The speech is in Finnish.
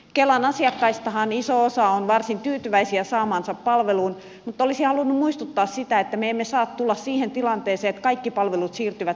kelan asiakkaistahan iso osa on varsin tyytyväisiä saamaansa palveluun mutta olisin halunnut muistuttaa siitä että me emme saa tulla siihen tilanteeseen että kaikki palvelut siirtyvät sähköisiksi